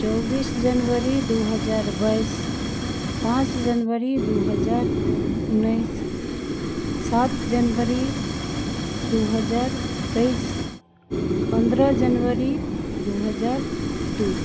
चौबीस जनवरी दू हजार बाइस पाँच जनवरी दू हजार उन्नैस सात जनवरी दू हजार तइस पंद्रह जनवरी दू हजार दू